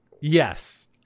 yes